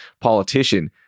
politician